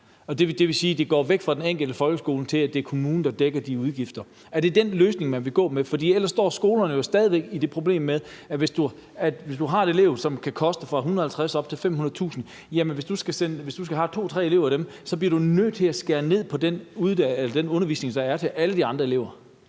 Det vil sige, at det går fra at være den enkelte skole til at være kommunen, der dækker de udgifter. Er det den løsning, man vil gå med? For ellers står skolerne stadig væk med det problem, at hvis de har to-tre elever, som hver kan koste fra 100.000 kr. og op til 500.000 kr., bliver de nødt til at skære ned på den undervisning, der er til alle de andre elever.